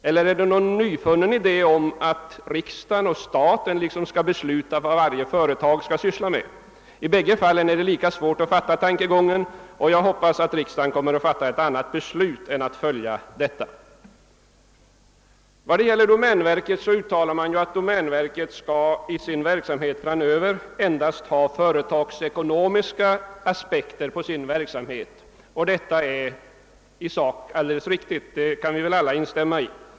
Eller är det någon ny idé om att riksdagen och staten skall besluta vad varje företag skall syssla med? I bägge fallen blir det lika svårt att fatta tankegången, och jag hoppas att riksdagen kommer att stanna för ett beslut som går i annan riktning. Vad gäller domänverket uttalas att detta i sin verksamhet framöver endast skall anlägga företagsekonomiska aspekter på sin verksamhet. Det är i sak alldeles riktigt — det kan vi väl alla instämma i.